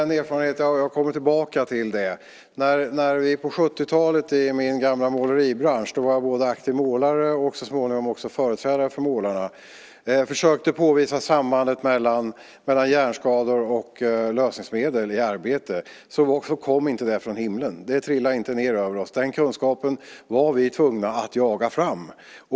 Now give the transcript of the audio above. När vi på 70-talet i måleribranschen - då var jag aktiv målare och så småningom företrädare för målarna - försökte påvisa sambandet mellan hjärnskador och lösningsmedel i arbetet kom det inte från himlen. Det trillade inte ned över oss. Den kunskapen var vi tvungna att jaga fram.